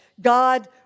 God